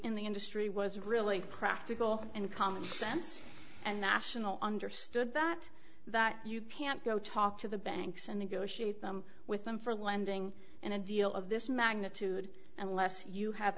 in the industry was really practical and common sense and national understood that that you can't go talk to the banks and negotiate with them for lending in a deal of this magnitude unless you have